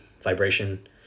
vibration